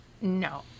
No